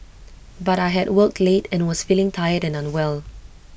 but I had worked late and was feeling tired and unwell